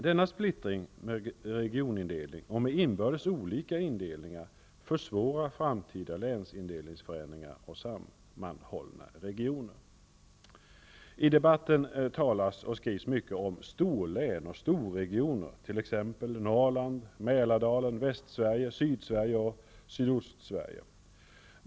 Denna splittring med regionindelning och med inbördes olika indelningar försvårar framtida länsindelningsförändringar och sammanhållna regioner. I debatten talas och skrivs mycket om storlän och storregioner, t.ex. Norrland, Mälardalen, Västsverige, Sydsverige och Sydostsverige.